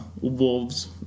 Wolves